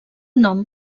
nom